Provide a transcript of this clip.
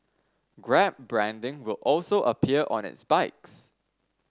grab branding will also appear on its bikes